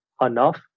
Enough